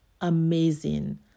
amazing